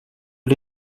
era